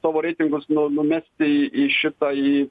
savo reitingus nu numesti į šitą į